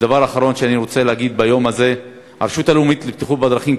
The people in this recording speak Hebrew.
ודבר אחרון שאני רוצה להגיד ביום הזה: הרשות הלאומית לבטיחות בדרכים,